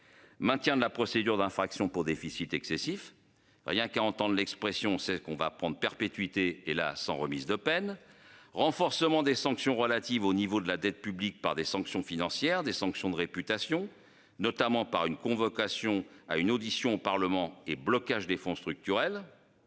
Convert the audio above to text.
Maintien de la procédure d'infraction pour déficit excessif. Rien qu'à entendre l'expression c'est qu'on va prendre perpétuité et là sans remise de peine. Renforcement des sanctions relatives au niveau de la dette publique par des sanctions financières des sanctions de réputation notamment par une convocation à une audition au Parlement et blocage des fonds structurels.